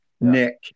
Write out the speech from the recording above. Nick